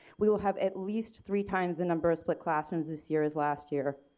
we will have at least three times the number of split classrooms this year as last year.